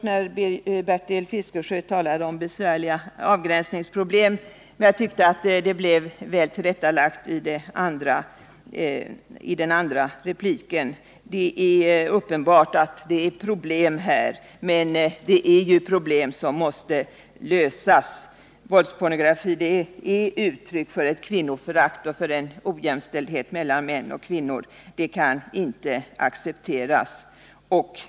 När Bertil Fiskesjö talade om besvärliga avgränsningsproblem blev jag först litet orolig, men jag tyckte att det blev väl tillrättalagt i den andra repliken. Det är uppenbart att här finns problem. Men det är problem som måste lösas. Våldspornografi är uttryck för ett kvinnoförakt och för en ojämställdhet mellan män och kvinnor som inte kan accepteras.